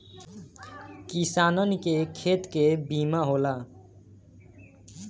किसानन के खेत के बीमा होला